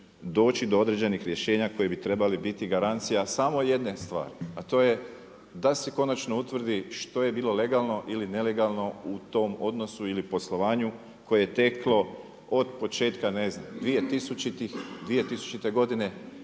doći do određenih rješenja koje bi trebali biti garancija samo jedne stvari. A to je, da se konačno utvrdi što je bilo legalno ili nelegalno u tom odnosu ili poslovanju koje je teklo od početka, ne znam 2000. godine